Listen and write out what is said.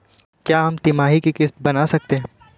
क्या हम तिमाही की किस्त बना सकते हैं?